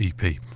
EP